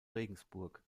regensburg